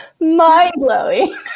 Mind-blowing